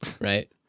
right